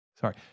Sorry